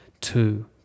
Two